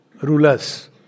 rulers